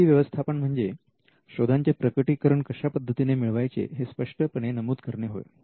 I P व्यवस्थापन म्हणजे शोधांचे प्रकटीकरण कशा पद्धतीने मिळवायचे हे स्पष्टपणे नमूद करणे होय